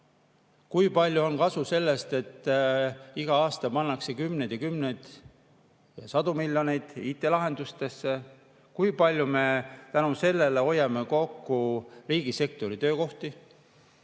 Kui palju on kasu sellest, et iga aasta pannakse kümneid ja kümneid ja sadu miljoneid IT-lahendustesse? Kui palju me tänu sellele hoiame kokku riigisektori töökohti